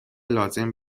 لازم